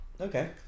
Okay